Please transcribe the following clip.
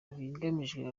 ikigamijwe